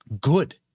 Good